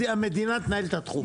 שהמדינה תנהל את התחום.